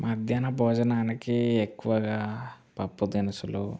మధ్యాహ్న భోజనానికి ఎక్కువగా పప్పుదినుసులు